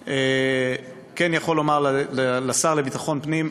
אני יכול לומר לשר לביטחון פנים,